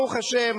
ברוך השם,